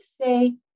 say